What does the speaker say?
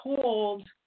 told